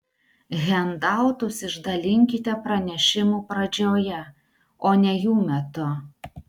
hendautus išdalinkite pranešimų pradžioje o ne jų metu